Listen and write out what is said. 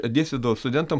dėstydavau studentam